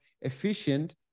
efficient